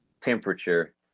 temperature